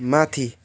माथि